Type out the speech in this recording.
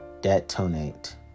detonate